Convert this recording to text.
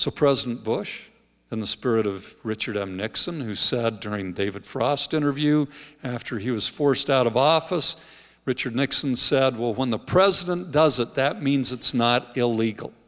so president bush in the spirit of richard m nixon who said during david frost interview after he was forced out of office richard nixon said well when the president does it that means it's not illegal